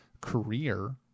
career